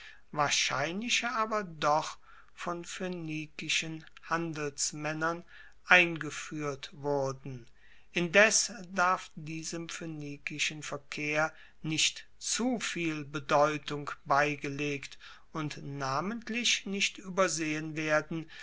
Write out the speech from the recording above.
wahrscheinlicher aber doch von phoenikischen handelsmaennern eingefuehrt wurden indes darf diesem phoenikischen verkehr nicht zu viel bedeutung beigelegt und namentlich nicht uebersehen werden